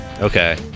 Okay